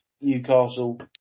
Newcastle